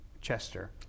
Chester